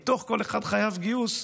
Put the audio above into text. מתוך שכל אחד חייב גיוס,